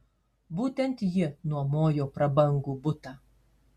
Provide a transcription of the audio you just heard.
būtent ji nuomojo prabangų butą